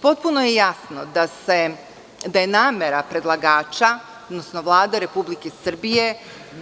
Potpuno je jasno da je namera predlagača odnosno Vlade Republike Srbije